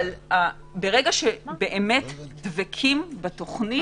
ברגע שדבקים בתוכנית,